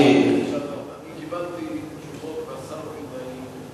אני קיבלתי תשובות מהשר וילנאי,